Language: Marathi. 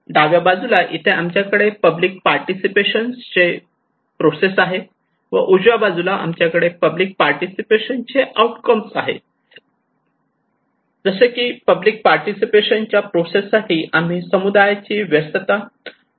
डाव्या बाजूला इथे आमच्याकडे पब्लिक पार्टिसिपेशन चे प्रोसेस आहेत व उजव्या बाजूला आमच्याकडे पब्लिक पार्टिसिपेशन चे आउटकम जसे की पब्लिक पार्टिसिपेशन च्या प्रोसेस साठी आम्ही समुदायाची व्यस्तता आणि सादरीकरण विचारात घेतले आहे